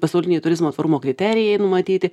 pasauliniai turizmo tvarumo kriterijai numatyti